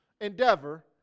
endeavor